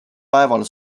päeval